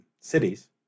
cities